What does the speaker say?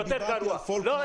לא,